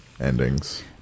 endings